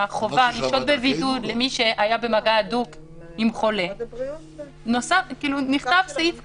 חובה לשהות בבידוד למי שהיה במגע הדוק עם חולה נכתב סעיף כזה.